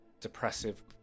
depressive